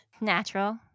Natural